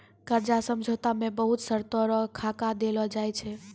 कर्जा समझौता मे बहुत शर्तो रो खाका देलो जाय छै